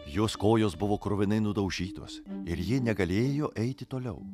jos kojos buvo kruvinai nudaužytos ir ji negalėjo eiti toliau